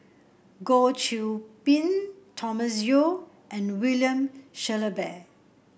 Goh Qiu Bin Thomas Yeo and William Shellabear